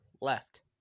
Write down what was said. left